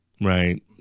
Right